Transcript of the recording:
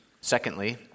secondly